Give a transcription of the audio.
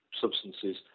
substances